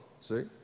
See